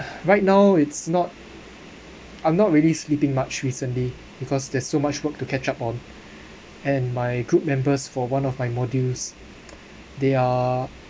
right now it's not I'm not really sleeping much recently because there's so much work to catch up on and my group members for one of my modules they are